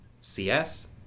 CS